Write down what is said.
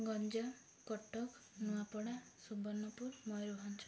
Ganjam Cuttack Nuapada Subarnapur Mayurbhanj